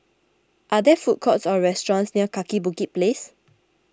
are there food courts or restaurants near Kaki Bukit Place